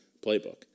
playbook